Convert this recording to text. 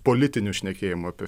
politinių šnekėjimų apie